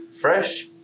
fresh